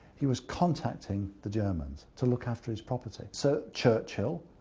he was contacting the germans to look after his property. so churchill,